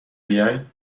بیای